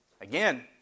Again